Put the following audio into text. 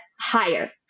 higher